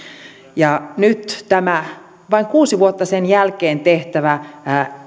nyt tämä vain kuusi vuotta sen jälkeen tehtävä